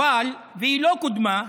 והיא לא קודמה,